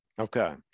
Okay